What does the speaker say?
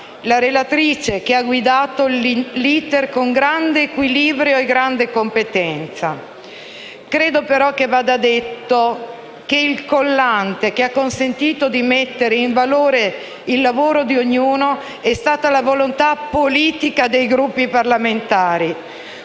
la relatrice che ha guidato l'*iter* con equilibrio e competenza. Credo però che vada detto che il collante che ha consentito di rendere fruttifero il lavoro di ognuno è stata la volontà politica dei Gruppi parlamentari